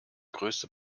größte